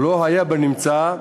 ולא הייתה בנמצא,